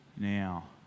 now